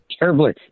Terribly